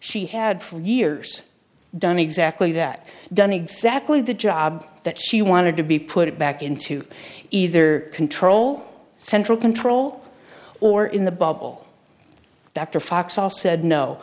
she had for years done exactly that done exactly the job that she wanted to be put back into either control central control or in the bubble